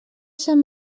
sant